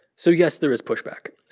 so, yes, there is pushback.